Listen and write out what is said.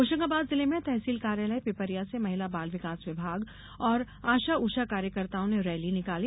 होशंगाबाद जिले में तहसील कार्यालय पिपरिया से महिला बाल विकास विभाग और आशा ऊषा कार्यकर्ताओं ने रैली निकाली